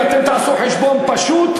אם אתם תעשו חשבון פשוט,